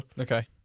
Okay